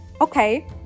okay